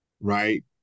right